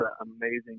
amazing